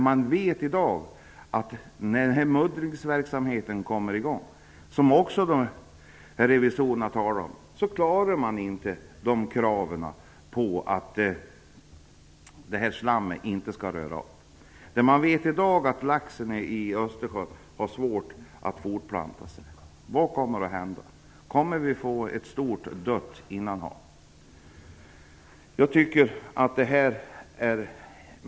Man vet i dag att man inte klarar kravet på att slam inte får röras upp när muddringsverksamheten kommer i gång - det talar också de danska revisorerna om. Man vet också att laxen i Östersjön har svårt att fortplanta sig. Vad kommer att hända? Får vi ett stort, dött innanhav? Fru talman!